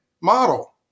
model